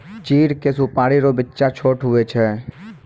चीड़ के सुपाड़ी रो बिच्चा छोट हुवै छै